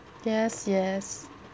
yes yes